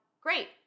great